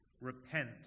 Repent